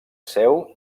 seu